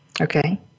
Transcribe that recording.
Okay